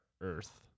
Earth